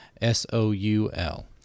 S-O-U-L